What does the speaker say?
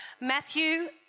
Matthew